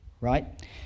right